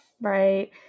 Right